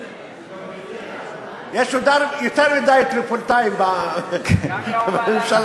יש יותר מדי טריפוליטאים בממשלה.